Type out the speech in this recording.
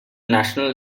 national